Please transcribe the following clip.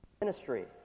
ministry